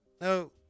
no